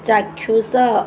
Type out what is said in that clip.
ଚାକ୍ଷୁଷ